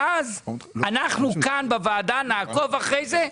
ואז אנחנו כאן בוועדה נעקוב אחרי זה,